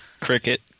Cricket